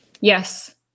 Yes